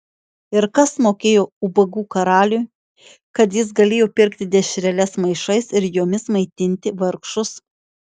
ir kas mokėjo ubagų karaliui kad jis galėjo pirkti dešreles maišais ir jomis maitinti vargšus